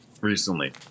recently